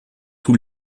tous